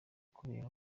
kubera